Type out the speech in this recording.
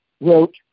wrote